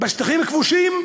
בשטחים כבושים,